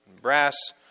Brass